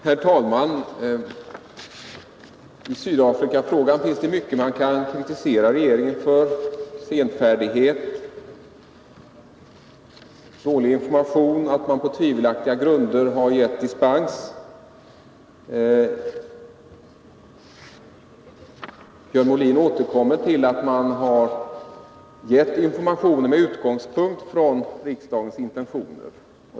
Herr talman! I Sydafrikafrågan finns det mycket som man kan kritisera regeringen för, exempelvis senfärdighet, dålig information och det faktum att man på tvivelaktiga grunder har gett dispens. Björn Molin upprepar att man har gett information med utgångspunkt i riksdagens intentioner.